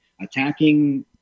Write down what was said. attacking